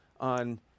on